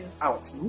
out